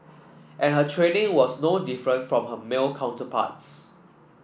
and her training was no different from her male counterparts